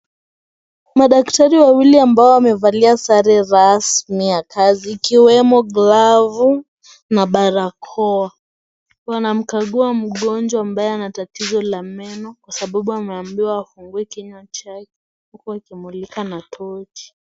Madaktari wawili ambao wamevalia sare rasmi ya kazi ikiwemo glovu na barakoa wanamkagua mgonjwa ambaye ana tatizo la meno kwa sababu ameambiwa afungue kinywa chake huku akimulikwa na tochi.